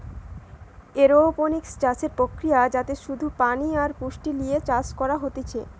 aeroponics চাষের প্রক্রিয়া যাতে শুধু পানি আর পুষ্টি লিয়ে চাষ করা হতিছে